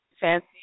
fancy